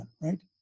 right